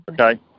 Okay